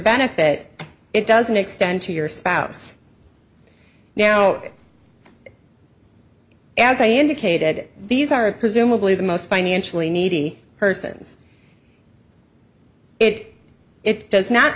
benefit it doesn't extend to your spouse now as i indicated these are presumably the most financially needy persons it it does not